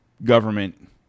Government